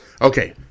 okay